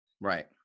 Right